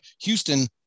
Houston